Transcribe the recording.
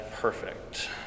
perfect